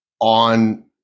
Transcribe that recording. on